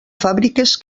fàbriques